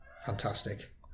fantastic